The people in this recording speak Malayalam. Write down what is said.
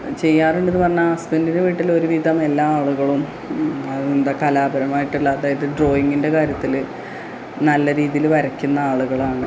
ചെയ്യാറുണ്ടെന്നു പറഞ്ഞാൽ ഹസ്ബൻഡിൻറ്റെ വീട്ടിൽ ഒരു വിധം എല്ലാ ആളുകളും എന്താ കലാപരമായിട്ടുള്ള അതായത് ഡ്രോയിങ്ങിൻ്റെ കാര്യത്തിൽ നല്ല രീതിയിൽ വരക്കുന്ന ആളുകളാണ്